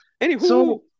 anywho